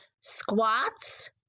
squats